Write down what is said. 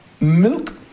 milk